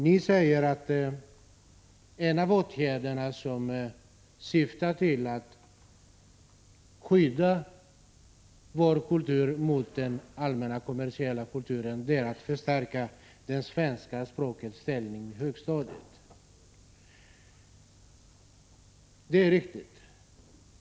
Ni säger att en av åtgärderna som syftar till att skydda vår kultur mot den allmänna kommersiella kulturen är att förstärka det svenska språkets ställning på högstadiet. Det är riktigt.